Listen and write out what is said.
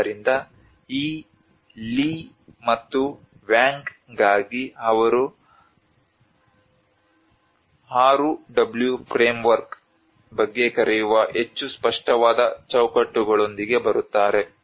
ಆದ್ದರಿಂದ ಈ ಲೀ ಮತ್ತು ವಾಂಗ್ಗಾಗಿ ಅವರು "6w ಫ್ರೇಮ್ವರ್ಕ್" ಬಗ್ಗೆ ಕರೆಯುವ ಹೆಚ್ಚು ಸ್ಪಷ್ಟವಾದ ಚೌಕಟ್ಟುಗಳೊಂದಿಗೆ ಬರುತ್ತಾರೆ